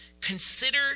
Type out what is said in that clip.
Consider